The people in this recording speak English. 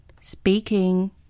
Speaking